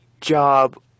job